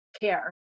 care